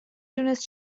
دونست